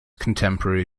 contemporary